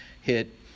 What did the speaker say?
hit